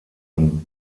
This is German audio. und